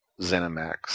ZeniMax